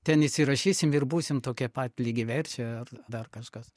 ten įsirašysim ir būsim tokie pat lygiaverčiai ar dar kažkas